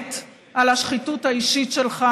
האמת על השחיתות האישית שלך,